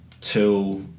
till